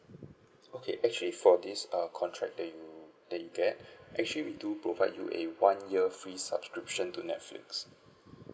okay actually for this err contract that you that you get actually we do provide you a one year free subscription to Netflix